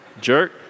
Jerk